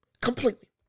completely